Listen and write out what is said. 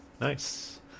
Nice